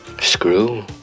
Screw